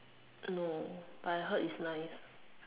no but I heard it's nice